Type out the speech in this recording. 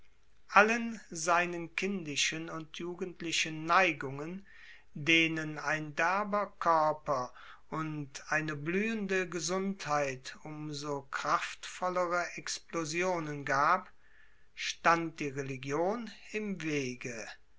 allen seinen kindischen und jugendlichen neigungen denen ein derber körper und eine blühende gesundheit um so kraftvollere explosionen gab stand die religion im wege